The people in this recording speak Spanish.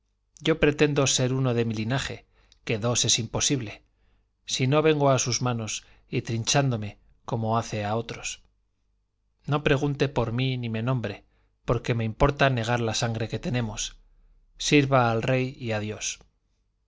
yo pretendo ser uno de mi linaje que dos es imposible si no vengo a sus manos y trinchándome como hace a otros no pregunte por mí ni me nombre porque me importa negar la sangre que tenemos sirva al rey y